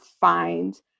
find